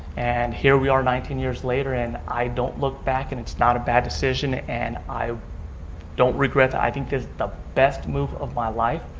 and here we are nineteen years later and i don't look back. and it's not a bad decision. and i don't regret it. i think it's the best move of my life.